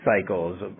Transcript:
cycles